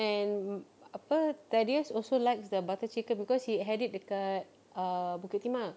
and apa darius also likes the butter chicken because he had it dekat err bukit timah